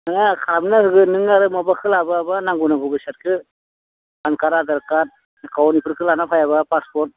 नङा खालामना होगोन नों आरो माबाखो लाबोयाबा नांगौ नांगौ बेसादखो पान कार्ड आधार कार्ड एकाउन्टफोरखौ लाना फैयाबा पासपट